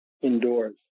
indoors